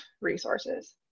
resources